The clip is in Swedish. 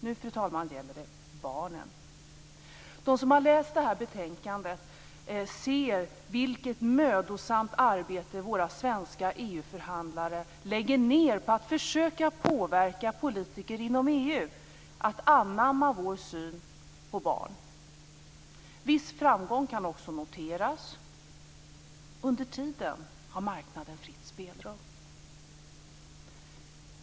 Nu gäller det barnen, fru talman. De som har läst det här betänkandet ser vilket mödosamt arbete våra svenska EU-förhandlare lägger ned på att försöka påverka politiker inom EU att anamma vår syn på barn. Viss framgång kan också noteras. Under tiden har marknaden fritt spelrum.